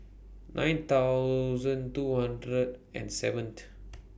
nine thousand two hundred and seventh